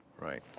Right